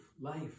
Life